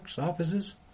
offices